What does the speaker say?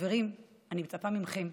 חברים, אני מצפה גם מכם.